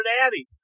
Daddy